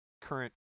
current